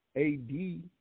AD